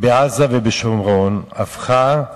בעזה ובשומרון הפכה ל"יודנריין",